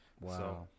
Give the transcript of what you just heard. Wow